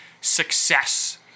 success